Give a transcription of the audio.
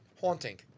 haunting